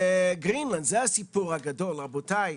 וגרינלנד, זה הסיפור הגדול, רבותיי.